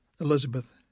Elizabeth